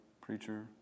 preacher